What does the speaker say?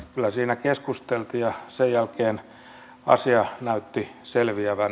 kyllä siinä keskusteltiin ja sen jälkeen asia näytti selviävän